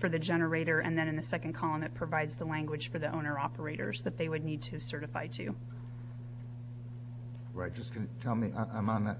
for the generator and then in the second column it provides the language for the owner operators that they would need to certify to register tell me i'm on th